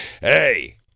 Hey